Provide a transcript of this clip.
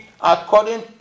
according